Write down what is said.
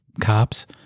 cops